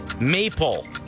Maple